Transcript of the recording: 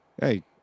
Hey